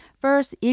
First